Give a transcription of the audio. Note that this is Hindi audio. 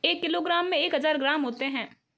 एक किलोग्राम में एक हज़ार ग्राम होते हैं